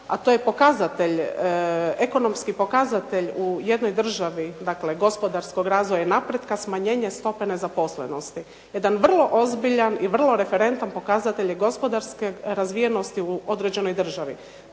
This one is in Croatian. a to je pokazatelj ekonomski pokazatelj u jednoj državi, dakle gospodarskog razvoja i napretka, smanjenje stope nezaposlenosti. Jedan vrlo ozbiljan i vrlo referentan pokazatelj gospodarske razvijenosti u određenoj državi.